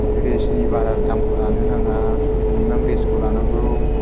रेसनि बारा दामखौ लानो नाङा मिनिमाम रेसखौ लानांगौ